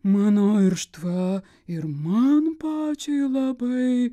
mano irštva ir man pačiai labai